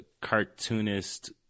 cartoonist